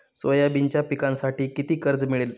सोयाबीनच्या पिकांसाठी किती कर्ज मिळेल?